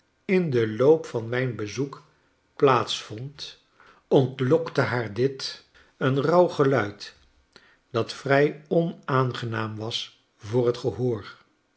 in den loop van mijn bezoek plaats vond ontlokte haar dit een rauw geluid dat vrij onaangenaam was voor t gehoor